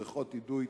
בריכות אידוי,